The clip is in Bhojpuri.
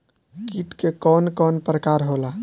कीट के कवन कवन प्रकार होला?